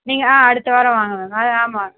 நீங்கள் அடுத்த வாரம் வாங்க மேம் அது ஆமாம்